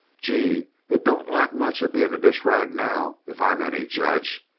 gee! it don't lack much of being a dish rag, now, if i'm any judge.